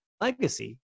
legacy